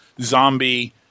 zombie